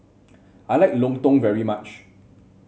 I like lontong very much